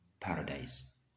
paradise